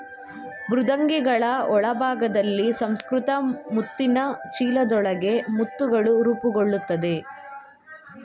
ಮೃದ್ವಂಗಿಗಳ ಒಳಭಾಗದಲ್ಲಿ ಸುಸಂಸ್ಕೃತ ಮುತ್ತಿನ ಚೀಲದೊಳಗೆ ಮುತ್ತುಗಳು ರೂಪುಗೊಳ್ತವೆ